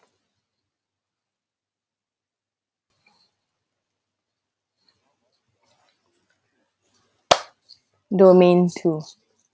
by domain two